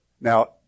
Now